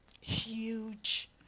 huge